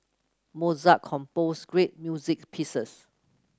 Mozart composed great music pieces